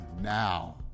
now